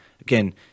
again